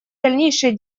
дальнейшие